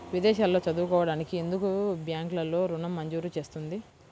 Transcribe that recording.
విదేశాల్లో చదువుకోవడానికి ఎందుకు బ్యాంక్లలో ఋణం మంజూరు చేస్తుంది?